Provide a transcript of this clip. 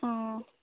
অঁ